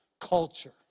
culture